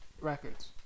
records